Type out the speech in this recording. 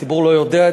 הציבור לא מטומטם.